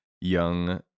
young